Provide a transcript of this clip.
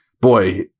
Boy